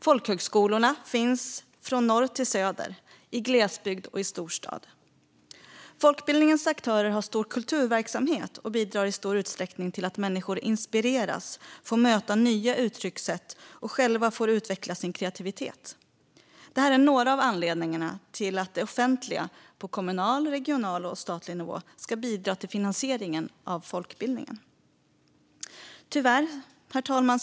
Folkhögskolorna finns från norr till söder, i glesbygd och i storstad. Folkbildningens aktörer har stor kulturverksamhet och bidrar i stor utsträckning till att människor inspireras, får möta nya uttryckssätt och själva får utveckla sin kreativitet. Det här är några av anledningarna till att det offentliga på kommunal, regional och statlig nivå ska bidra till finansieringen av folkbildningen. Herr talman!